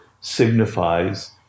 signifies